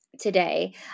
today